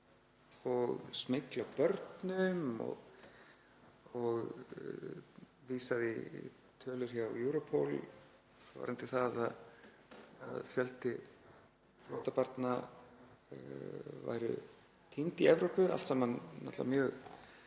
og smygl á börnum og vísað í tölur hjá Europol varðandi það að fjöldi flóttabarna væri týndur í Evrópu; allt saman mjög